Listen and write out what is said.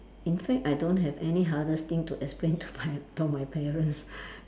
in fact I don't have any hardest thing to explain to my to my parents